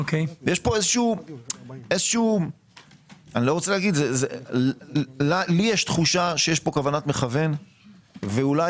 יש פה איזשהו - לי יש תחושה שיש פה כוונת מכוון ואולי